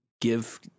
give